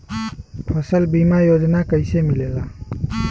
फसल बीमा योजना कैसे मिलेला?